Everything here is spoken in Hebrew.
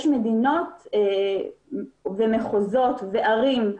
יש מדינות ומחוזות וערים,